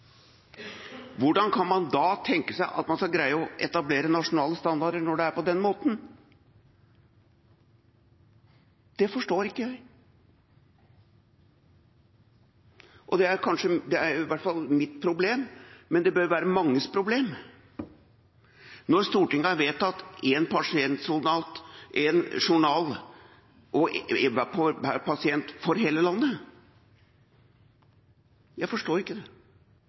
Hvordan kan man da tenke seg at man skal greie å etablere nasjonale standarder når det er på den måten? Det forstår ikke jeg. Det er i hvert fall mitt problem, men det bør være manges problem når Stortinget har vedtatt én journal per pasient for hele landet. Jeg forstår ikke det.